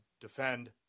defend